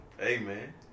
Amen